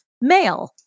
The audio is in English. male